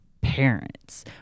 parents